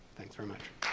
thanks very much.